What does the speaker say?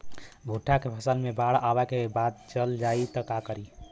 भुट्टा के फसल मे बाढ़ आवा के बाद चल जाई त का करी?